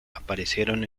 aparecieron